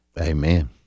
Amen